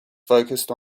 focused